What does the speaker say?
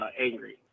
angry